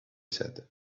said